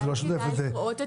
זו לא עבודה שוטפת.